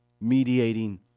mediating